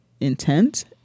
intent